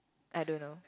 I don't know